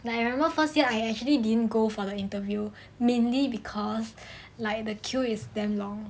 like I remember first year I actually didn't go for the interview mainly because like the queue is damn long